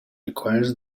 requires